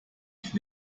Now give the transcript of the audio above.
ich